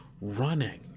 running